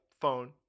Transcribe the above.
phone